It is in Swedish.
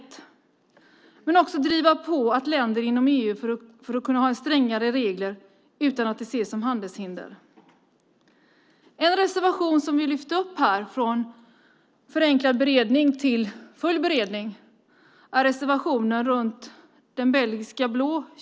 Men det handlar också om att driva på länder inom EU för att man ska kunna ha strängare regler utan att det ses som handelshinder. En reservation som vi har lyft upp från förenklad beredning till full beredning är reservationen om nötrasen belgisk blå.